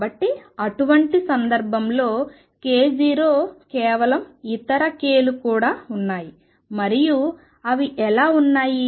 కాబట్టి అటువంటి సందర్భంలో k0 కేవలము ఇతర k లు కూడా ఉన్నాయి మరియు అవి ఎలా ఉన్నాయి